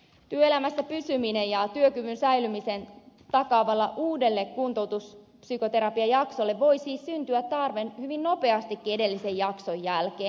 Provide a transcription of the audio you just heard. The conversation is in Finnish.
työelämässä pysymisen ja työkyvyn säilymisen takaavalle uudelle kuntoutuspsykoterapiajaksolle voi siis syntyä tarve hyvin nopeastikin edellisen jakson jälkeen